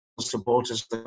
supporters